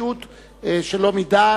התנגשות שלא מדעת.